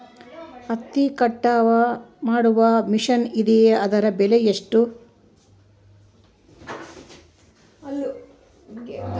ಹತ್ತಿ ಕಟಾವು ಮಾಡುವ ಮಿಷನ್ ಇದೆಯೇ ಅದರ ಬೆಲೆ ಎಷ್ಟು?